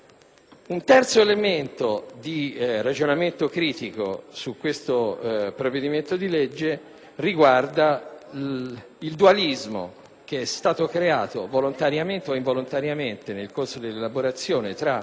Un terzo elemento di ragionamento critico su tale provvedimento di legge riguarda il dualismo, che è stato creato volontariamente o involontariamente nel corso dell'elaborazione tra